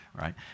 right